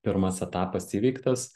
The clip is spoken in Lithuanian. pirmas etapas įveiktas